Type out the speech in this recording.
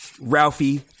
Ralphie